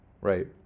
right